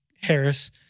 Harris